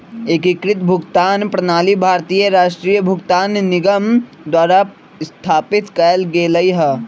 एकीकृत भुगतान प्रणाली भारतीय राष्ट्रीय भुगतान निगम द्वारा स्थापित कएल गेलइ ह